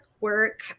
work